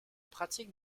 pratique